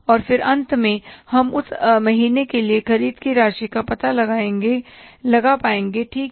और फिर अंत में हम उस महीने के लिए ख़रीद की राशि का पता लगा पाएंगेठीक है